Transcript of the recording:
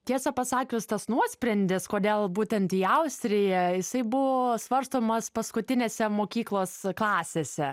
tiesą pasakius tas nuosprendis kodėl būtent į austriją jisai buvo svarstomas paskutinėse mokyklos klasėse